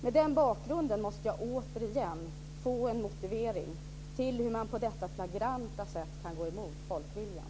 Mot den bakgrunden måste jag återigen få en motivering till hur man på detta flagranta sätt kan gå emot folkviljan.